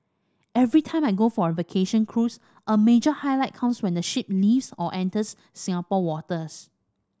every time I go for a vacation cruise a major highlight comes when the ship leaves or enters Singapore waters